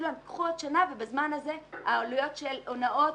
יאמרו להם קחו עוד שנה ובזמן הזה העלויות של הונאות